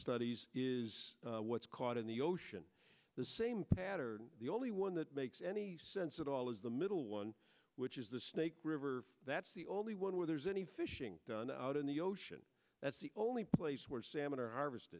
studies is what's caught in the ocean the same pattern the only one that makes any sense at all is the middle one which is the snake river that's the only one where there's any fishing done out in the ocean that's the only place where salmon are ar